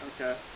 Okay